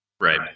Right